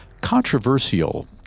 controversial